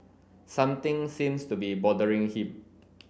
something seems to be bothering him